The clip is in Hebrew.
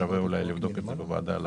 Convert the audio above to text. אולי שווה לבדוק את זה בוועדה.